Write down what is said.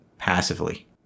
Passively